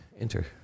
Enter